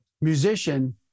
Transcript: musician